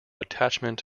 attachment